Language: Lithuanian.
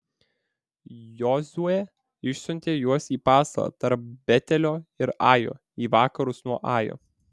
jozuė išsiuntė juos į pasalą tarp betelio ir ajo į vakarus nuo ajo